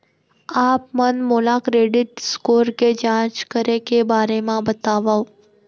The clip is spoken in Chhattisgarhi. आप मन मोला क्रेडिट स्कोर के जाँच करे के बारे म बतावव?